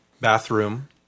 Bathroom